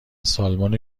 سالمون